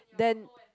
then